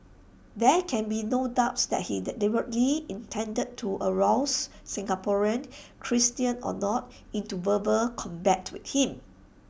there can be no doubt that he deliberately intended to arouse Singaporeans Christians or not into verbal combat with him